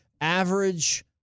average